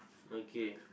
okay